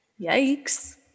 Yikes